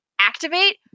activate